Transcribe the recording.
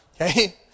Okay